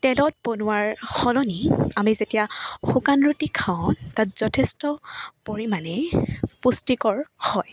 তেলত বনোৱাৰ সলনি আমি যেতিয়া শুকান ৰুটি খাওঁ তাত যথেষ্ট পৰিমাণে পুষ্টিকৰ হয়